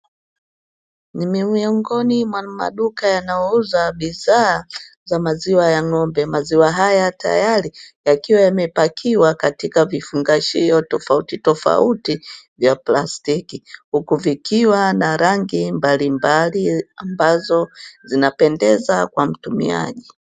Ni miongoni mwa madauka yanayouza bidhaa za maziwa ya ng’ombe, maziwa haya tayari yakiwa yamepakiwa katika vifungashio tofautitofauti vya plastiki. Huku vikiwa na rangi mbalimbali ambazo zinapendeza kwa mtumiaji.